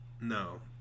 No